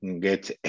get